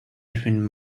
between